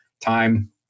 time